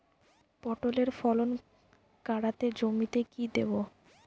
পটলের ফলন কাড়াতে জমিতে কি দেবো?